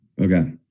Okay